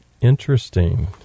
Interesting